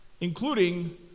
including